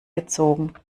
gezogen